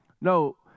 No